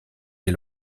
des